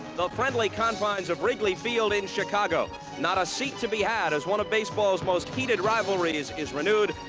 friendly confines of wrigley field in chicago. not a seat to be had as one of baseball's most heated rivalries is renewed,